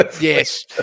Yes